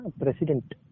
President